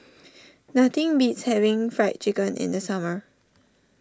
nothing beats having Fried Chicken in the summer